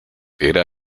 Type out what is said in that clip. era